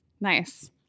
Nice